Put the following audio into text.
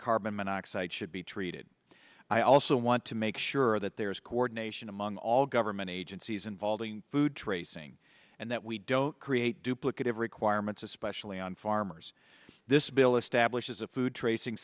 carbon monoxide should be treated i also want to make sure that there is coordination among all government agencies involving food tracing and that we don't create duplicative requirements especially on farmers this bill establishes a food tracing